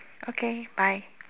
okay bye